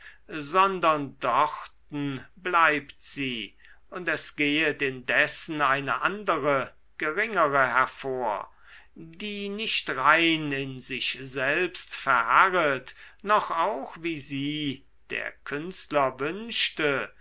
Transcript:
sondern dorten bleibt sie und es gehet indessen eine andere geringere hervor die nicht rein in sich selbst verharret noch auch wie sie der künstler wünschte